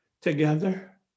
together